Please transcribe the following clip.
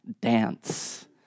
dance